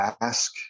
ask